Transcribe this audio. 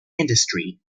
industry